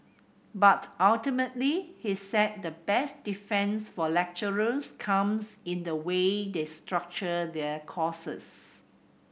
but ultimately he said the best defence for lecturers comes in the way they structure their courses